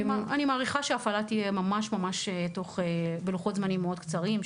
אני מעריכה שההפעלה תהיה בלוחות זמנים מאוד קצרים,